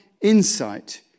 insight